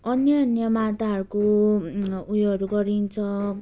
अन्य अन्य माताहरूको उयोहरू गरिन्छ